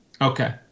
okay